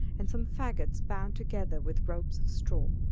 and some faggots bound together with ropes of straw,